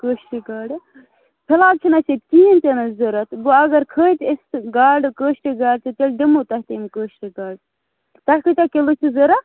کٲشرِ گاڑٕ فی الحال چھَنہٕ اسہِ ییٚتہِ کہیٖنۍ تِنہٕ ضرورت وۄنۍ اگر کھٔتۍ أسۍ تہٕ گاڑٕ کٲشرِ گاڑٕ تہٕ تیٚلہِ دِمہو تۄہہِ تہِ یِم کٲشرِ گاڑٕ تۄہہِ کۭتیاہ کِلوٗ چھُو ضرورت